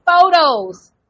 photos